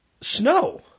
snow